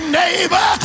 neighbor